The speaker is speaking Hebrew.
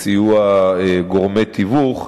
בסיוע גורמי תיווך,